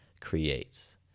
creates